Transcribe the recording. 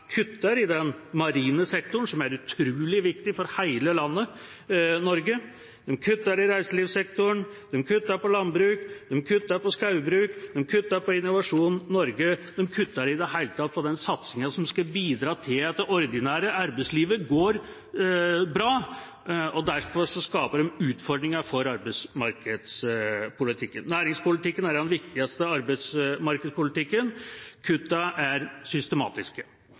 kutter i den marine sektoren, som er utrolig viktig for hele landet Norge, den kutter i reiselivssektoren, den kutter på landbruk, den kutter på skogbruk, og den kutter på Innovasjon Norge. Den kutter i det hele tatt på den satsingen som skal bidra til at det ordinære arbeidslivet går bra, og derfor skaper den utfordringer for arbeidsmarkedspolitikken. Næringspolitikken er den viktigste arbeidsmarkedspolitikken, kuttene er systematiske.